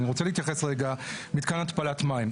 אני רוצה להתייחס רגע למתקן להתפלת מים.